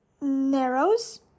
narrows